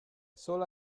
solo